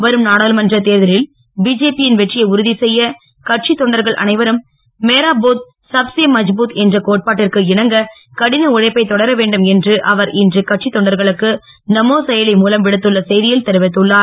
வரும் நாடாளுமன்றத் தேர்தலில் பிஜேபி யின் வெற்றியை உறுதிசெய்ய கட்சித் தொண்டர்கள் அனைவரும் மேரா பூத் சப்சே மஸ்பூத் என்ற கோட்பாட்டிற்கு இணங்க கடின உழைப்பை தொடரவேண்டும் என்று அவர் இன்று கட்சித் தொண்டர்களுக்கு நமோ செயலில மூலம் விடுத்துள்ள செய்தியில் தெரிவித்துள்ளார்